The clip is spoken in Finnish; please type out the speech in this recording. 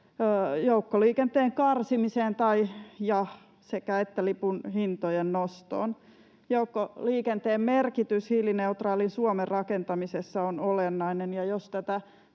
joukkoliikenteen karsimiseen tai/ja lipun hintojen nostoon. Joukkoliikenteen merkitys hiilineutraalin Suomen rakentamisessa on olennainen,